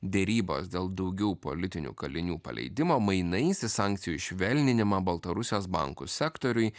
derybos dėl daugiau politinių kalinių paleidimo mainais į sankcijų švelninimą baltarusijos bankų sektoriui